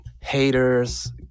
Haters